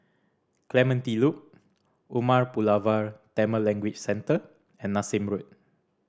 Clementi Loop Umar Pulavar Tamil Language Centre and Nassim Road